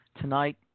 Tonight